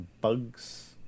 Bugs